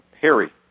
Harry